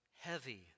heavy